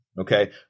Okay